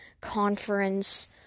Conference